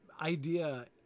idea